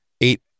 eight